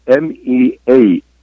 mea